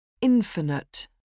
Infinite